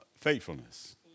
faithfulness